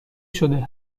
شده